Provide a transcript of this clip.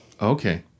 Okay